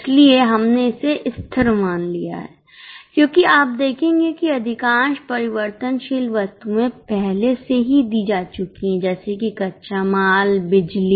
इसलिए हमने इसे स्थिर मान लिया है क्योंकि आप देखेंगे कि अधिकांश परिवर्तनशील वस्तुएँ पहले से ही दी जा चुकी हैंजैसे कि कच्चा माल बिजली